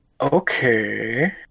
Okay